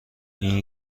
این